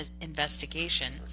investigation